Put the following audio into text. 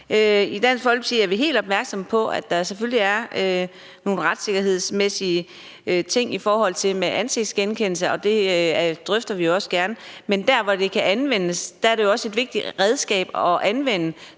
I Dansk Folkeparti er vi helt opmærksomme på, at der selvfølgelig er nogle retssikkerhedsmæssige ting i forhold til ansigtsgenkendelse, og det drøfter vi også gerne, men de steder, det kan anvendes, er det også et vigtigt redskab at anvende,